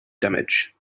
damage